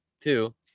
Two